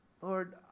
Lord